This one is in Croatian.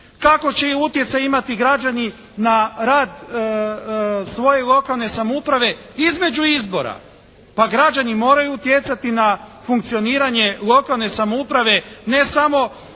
kakav će utjecaj imati građani na rad svoje lokalne samouprave između izbora. Pa građani moraju utjecati na funkcioniranje lokalne samouprave ne samo